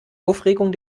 aufregung